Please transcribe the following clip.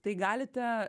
tai galite